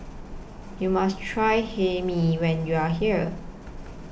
YOU must Try Hae Mee when YOU Are here